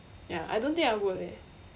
ya I don't think I would eh